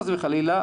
חס וחלילה,